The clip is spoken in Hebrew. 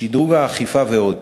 שדרוג האכיפה ועוד."